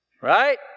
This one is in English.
right